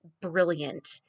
brilliant